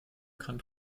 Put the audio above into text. kann